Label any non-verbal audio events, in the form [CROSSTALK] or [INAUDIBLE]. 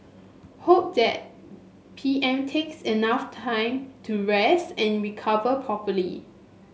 hope that P M takes enough time to rest and recover [UNINTELLIGIBLE]